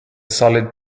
solid